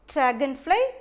Dragonfly